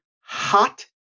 hot